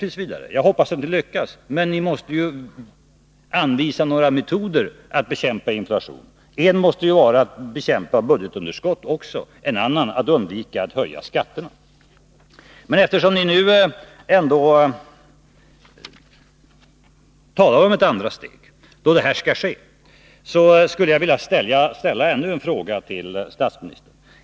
Jag hoppas att detta steg skall lyckas, men ni måste anvisa några metoder för att bekämpa inflationen. En måste vara att bekämpa budgetunderskottet, en annan att undvika att höja skatterna. Men eftersom ni nu ändå talar om ett andra steg, där detta skall ske, skulle jag vilja ställa ännu en fråga till statsministern.